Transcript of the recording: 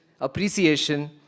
appreciation